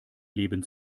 leben